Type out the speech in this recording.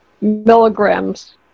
milligrams